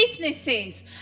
businesses